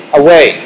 away